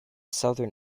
southern